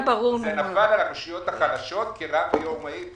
זה נפל על הרשויות החלשות כרעם ביום בהיר.